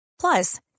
Plus